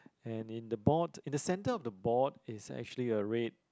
and in the board in the center of the board is actually a red